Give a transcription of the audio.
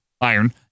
Iron